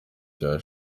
cya